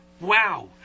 wow